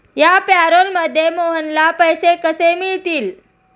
या पॅरोलमध्ये मोहनला पैसे मिळतील